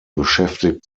beschäftigt